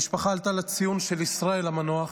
המשפחה עלתה לציון של ישראל המנוח